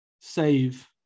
save